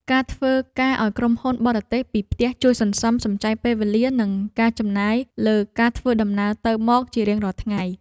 ការធ្វើការឱ្យក្រុមហ៊ុនបរទេសពីផ្ទះជួយសន្សំសំចៃពេលវេលា និងការចំណាយលើការធ្វើដំណើរទៅមកជារៀងរាល់ថ្ងៃ។